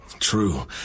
True